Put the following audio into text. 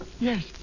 Yes